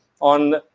on